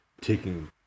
taking